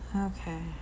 okay